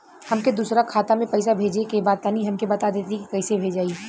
हमके दूसरा खाता में पैसा भेजे के बा तनि हमके बता देती की कइसे भेजाई?